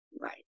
Right